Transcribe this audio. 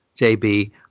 JB